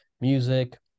music